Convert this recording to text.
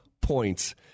points